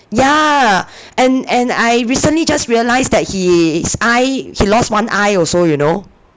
ya and and I recently just realized that his eye he lost one eye also you know